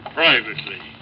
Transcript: privately